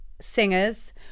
singers